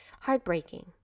heartbreaking